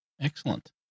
excellent